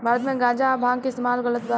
भारत मे गांजा आ भांग के इस्तमाल गलत बा